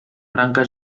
branca